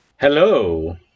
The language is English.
Hello